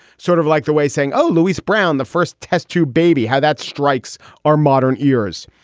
sort of like the way saying, oh, louise brown, the first test tube baby, how that strikes our modern ears.